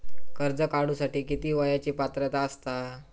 कर्ज काढूसाठी किती वयाची पात्रता असता?